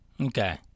Okay